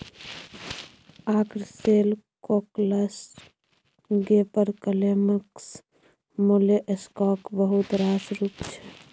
ark shell, cockles, gaper clams मोलेस्काक बहुत रास रुप छै